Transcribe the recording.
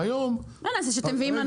והיום --- מה נעשה שאתם מביאים לנו